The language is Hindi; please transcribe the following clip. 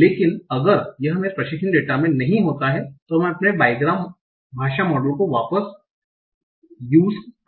लेकिन अगर यह मेरे प्रशिक्षण डेटा में नहीं होता है तो मैं अपने बाइग्राम भाषा मॉडल को वापस